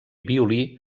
violí